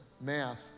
math